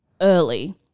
early